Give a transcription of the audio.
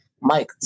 Mike